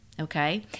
okay